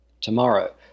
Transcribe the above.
tomorrow